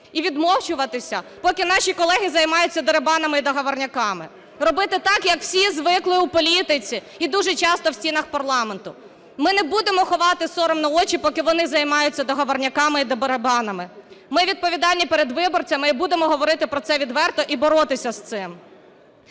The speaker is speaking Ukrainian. і відмовчуватися, поки наші колеги займаються дерибанами і договорняками, робити так, як всі звикли у політиці і дуже часто в стінах парламенту. Ми не будемо ховати соромно очі, поки вони займаються договорняками і дерибанами. Ми відповідальні перед виборцями і будемо говорити про це відверто, і боротися з цим.